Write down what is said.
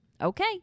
Okay